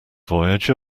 voyager